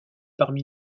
parmi